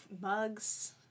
Mugs